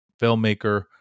filmmaker